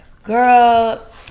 Girl